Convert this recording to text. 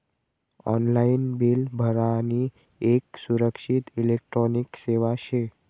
online bill भरानी येक सुरक्षित इलेक्ट्रॉनिक सेवा शे